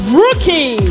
rookie